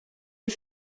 een